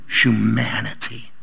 humanity